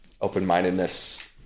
open-mindedness